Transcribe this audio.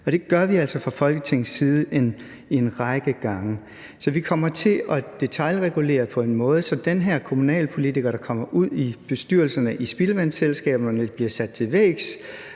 det gør vi altså fra Folketingets side en række gange. Så vi kommer til at detailregulere på en måde, så den her kommunalpolitiker, der kommer ud i bestyrelserne i spildevandsselskaberne, bliver sat til vægs